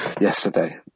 yesterday